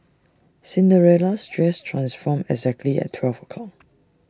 Cinderella's dress transformed exactly at twelve o'clock